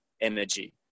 energy